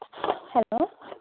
hello